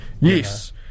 Yes